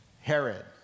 Herod